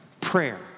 prayer